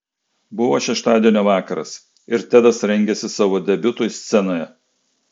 buvo šeštadienio vakaras ir tedas rengėsi savo debiutui scenoje